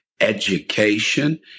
education